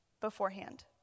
beforehand